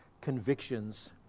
convictions